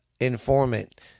informant